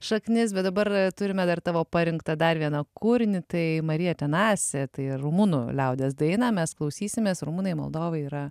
šaknis bet dabar turime dar tavo parinktą dar vieną kūrinį tai marija tenasė tai rumunų liaudies dainą mes klausysimės rumunai moldovai yra